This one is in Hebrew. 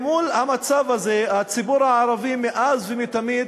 אל מול המצב הזה הציבור הערבי מאז ומתמיד